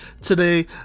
today